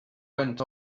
went